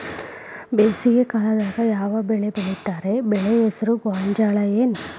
ಬೇಸಿಗೆ ಕಾಲದಾಗ ಯಾವ್ ಬೆಳಿ ಬೆಳಿತಾರ, ಬೆಳಿ ಹೆಸರು ಗೋಂಜಾಳ ಏನ್?